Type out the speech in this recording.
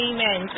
Amen